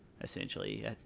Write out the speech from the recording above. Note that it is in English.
essentially